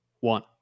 one